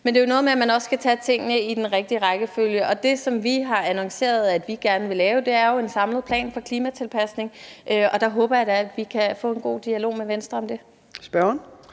Men det er jo noget med, at man også skal tage tingene i den rigtige rækkefølge, og det, som vi har annonceret at vi gerne vil lave, er jo en samlet plan for klimatilpasning, og jeg håber da, at vi kan få en god dialog med Venstre om det.